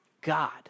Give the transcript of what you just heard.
God